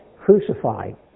crucified